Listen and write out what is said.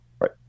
right